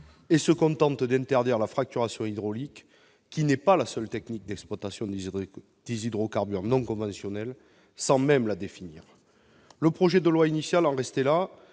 Il se borne à interdire la fracturation hydraulique, qui n'est pas la seule technique d'exploitation des hydrocarbures non conventionnels, sans même la définir ... Le projet de loi initial en restait là,